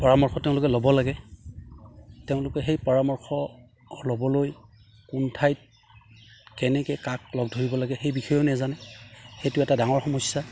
পৰামৰ্শ তেওঁলোকে ল'ব লাগে তেওঁলোকে সেই পৰামৰ্শ ল'বলৈ কোন ঠাইত কেনেকে কাক লগ ধৰিব লাগে সেই বিষয়েও নেজানে সেইটো এটা ডাঙৰ সমস্যা